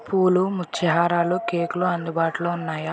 పూలు ముత్యహారాలు కేకులు అందుబాటులో ఉన్నాయా